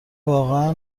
واقعا